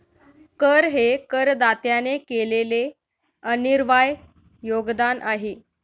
कर हे करदात्याने केलेले अनिर्वाय योगदान आहे